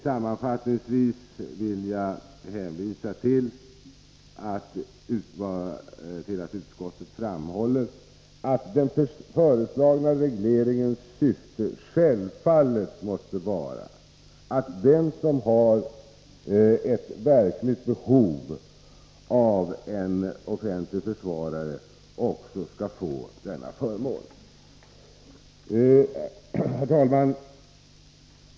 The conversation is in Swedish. Sammanfattningsvis vill jag hänvisa till att utskottet framhåller att den föreslagna regleringens syfte självfallet måste vara att den som har ett verkligt behov av en offentlig försvarare också skall få denna förmån. Herr talman!